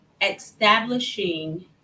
establishing